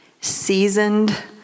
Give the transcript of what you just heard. seasoned